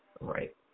Right